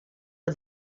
for